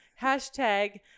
hashtag